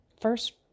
First